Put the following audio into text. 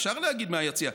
אפשר להגיד מהיציע,